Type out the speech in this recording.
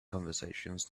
conversations